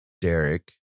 Derek